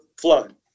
flood